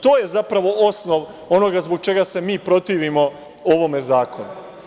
To je zapravo osnov onoga zbog čega se mi protivimo ovom zakonu.